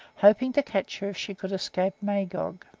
hoping to catch her if she could escape magog.